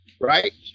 right